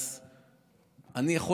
אז אני,